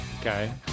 okay